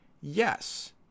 yes